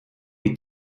die